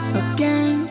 again